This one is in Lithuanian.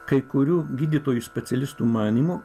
kai kurių gydytojų specialistų manymu